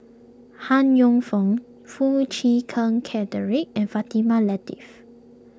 Han Yong Feng Foo Chee Keng Cedric and Fatimah Lateef